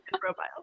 profile